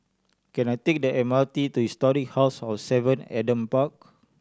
can I take the M R T to Historic House of Seven Adam Park